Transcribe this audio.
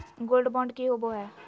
Gold bond की होबो है?